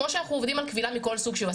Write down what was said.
כמו שאנחנו עובדים על כבילה מכל סוג שהוא.